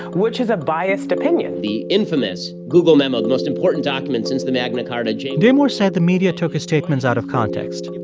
which is a biased opinion the infamous google memo, the most important document since the magna carta james. damore said the media took his statements out of context.